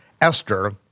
Esther